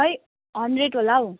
खोई हन्ड्रेड होला हौ